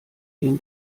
den